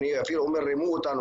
אני אפילו אומר שרימו אותנו,